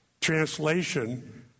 translation